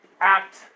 Act